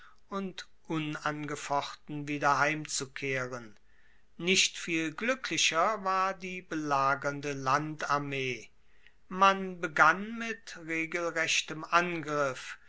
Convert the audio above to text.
und unangefochten wieder heimzukehren nicht viel gluecklicher war die belagernde landarmee man begann mit regelrechtem angriff